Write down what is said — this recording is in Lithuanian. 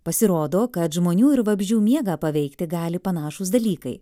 pasirodo kad žmonių ir vabzdžių miegą paveikti gali panašūs dalykai